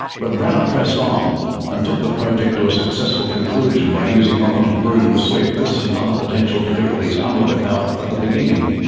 but brenner pressed on um and took the project to a successful conclusion by using ockham's broom to sweep this and other potential difficulties under the carpet at the beginning.